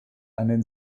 einen